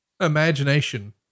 imagination